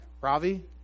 ravi